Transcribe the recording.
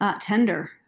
tender